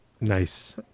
Nice